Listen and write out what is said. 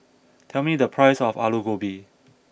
tell me the price of Alu Gobi